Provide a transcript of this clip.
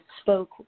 spoke